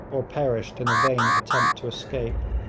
or perished in a vain attempt to escape.